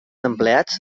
empleats